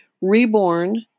reborn